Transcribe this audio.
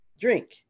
drink